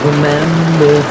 Remember